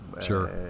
Sure